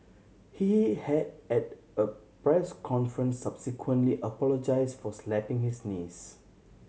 he had at a press conference subsequently apologised for slapping his niece